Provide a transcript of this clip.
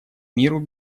миру